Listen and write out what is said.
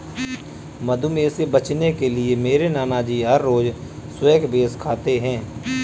मधुमेह से बचने के लिए मेरे नानाजी हर रोज स्क्वैश खाते हैं